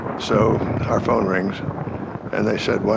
so our phone rings and they said,